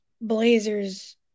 Blazers